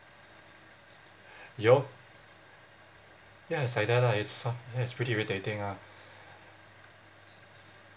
you all ya it's like that ah it's su~ ya it's pretty irritating ah